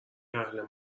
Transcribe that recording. اهل